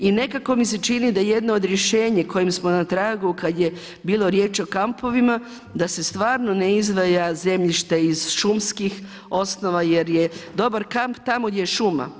I nekako mi se čini da jedno od rješenja kojem smo na tragu kad je bilo riječ o kampovima da se stvarno ne izdvaja zemljište iz šumskih osnova, jer je dobar kamp tamo gdje je šuma.